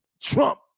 Trump